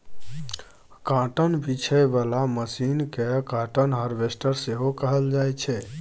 cotton बीछय बला machine केँ काँटन हार्वेस्टर सेहो कहल जाइ छै